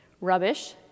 rubbish